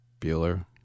Bueller